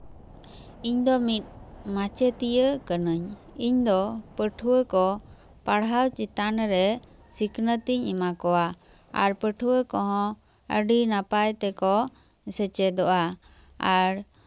ᱤᱧ ᱫᱚ ᱢᱤᱫ ᱢᱟᱪᱮᱫᱤᱭᱟᱹ ᱠᱟᱹᱱᱟᱹᱧ ᱤᱧ ᱫᱚ ᱯᱟᱹᱴᱷᱩᱣᱟᱹ ᱠᱚ ᱯᱟᱲᱦᱟᱣ ᱪᱮᱛᱟᱱ ᱨᱮ ᱥᱤᱠᱷᱱᱟᱹᱛ ᱤᱧ ᱮᱢᱟ ᱠᱚᱣᱟ ᱟᱨ ᱯᱟᱹᱴᱷᱩᱣᱟᱹ ᱠᱚᱦᱚᱸ ᱟᱹᱰᱤ ᱱᱟᱯᱟᱭ ᱛᱮᱠᱚ ᱥᱮᱪᱮᱫᱚᱜᱼᱟ ᱟᱨ